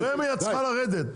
הפרמיה צריכה לרדת.